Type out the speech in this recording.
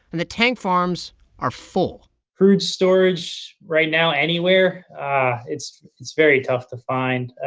and the tank farms are full crude storage right now anywhere it's it's very tough to find.